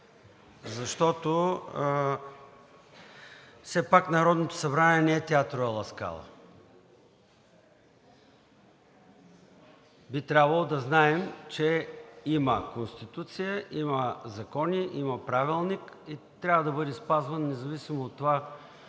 защото все пак Народното събрание не е Teatro alla Scala. Би трябвало да знаем, че има Конституция, има закони, има Правилник и трябва да бъде спазван независимо от това